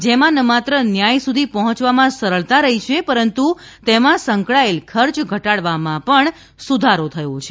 જેમાં ન માત્ર ન્યાય સુધી પહોંચવામાં સરળતા રહી છે પરંતુ તેમાં સંકળાયેલ ખર્ચ ઘટાડવામાં પણ સુધારો થયો છે